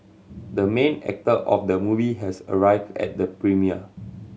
the main actor of the movie has arrived at the premiere